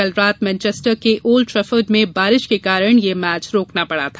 कल रात मैनचेस्टर के ओल्ड ट्रफर्ड में बारिश के कारण यह मैच रोकना पड़ा था